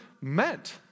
meant